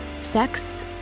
sex